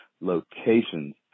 locations